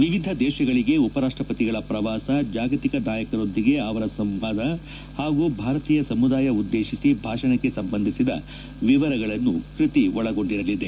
ವಿವಿಧ ದೇಶಗಳಿಗೆ ಉಪ ರಾಷ್ಟಪತಿಗಳ ಪ್ರವಾಸ ಜಾಗತಿಕ ನಾಯಕರೊಂದಿಗೆ ಅವರ ಸಂವಾದ ಹಾಗೂ ಭಾರತೀಯ ಸಮುದಾಯ ಉದ್ದೇಶಿಸಿ ಭಾಷಣಕ್ಷೆ ಸಂಬಂಧಿಸಿದ ವಿವರಗಳನ್ನು ಕೃತಿ ಒಳಗೊಂಡಿರಲಿದೆ